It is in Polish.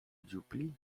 dziupli